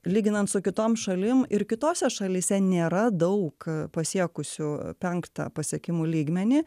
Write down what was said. lyginant su kitom šalim ir kitose šalyse nėra daug pasiekusių penktą pasiekimų lygmenį